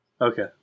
okay